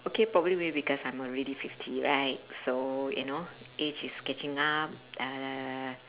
okay probably maybe because I'm already fifty right so you know age is catching up uh